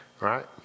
right